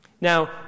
Now